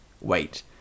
wait